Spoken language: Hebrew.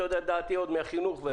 אתה יודע את דעתי עוד מוועדת החינוך.